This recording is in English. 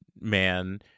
man